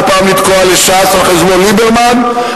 ופעם לתקוע לש"ס על חשבון ליברמן,